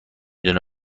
دونه